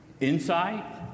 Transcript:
insight